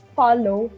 follow